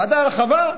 ועדה רחבה,